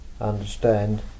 understand